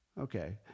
okay